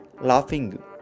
laughing